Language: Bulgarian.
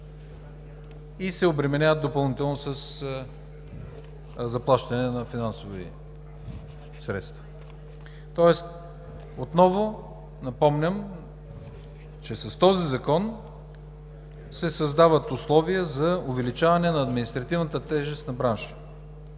и се обременяват допълнително със заплащане на финансови средства. Тоест отново напомням, че с този закон се създават условия за увеличаване на административната тежест на бранша.